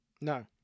No